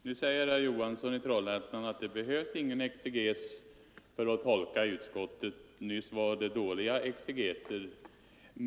Herr talman! Nu säger herr Johansson i Trollhättan att det inte behövs någon exeges för att tolka utskottets framställning. Nyss var vi dåliga exegeter.